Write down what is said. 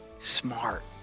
smart